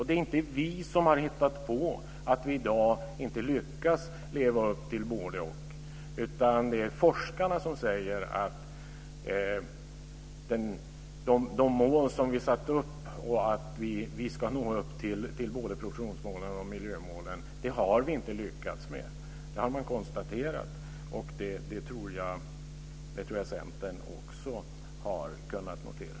Det är inte vi som har hittat på att vi i dag inte lyckas leva upp till både-och, utan det är forskarna som säger att vi inte har lyckats leva upp till de produktionsmål och de miljömål som vi har satt upp och ska nå upp till. Det har man konstaterat. Det tror jag Centern också har kunnat notera.